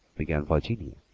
began virginia.